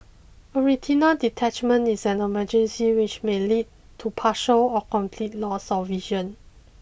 a retinal detachment is an emergency which may lead to partial or complete loss of vision